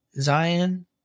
Zion